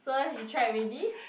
so you tried already